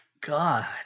god